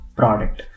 product